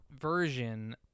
version